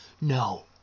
no